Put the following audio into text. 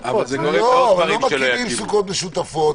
מטבח וחדר אמבטיה,